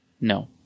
No